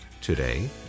Today